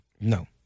No